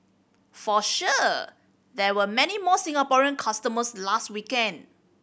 for sure there were many more Singaporean customers last weekend